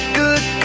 good